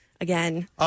Again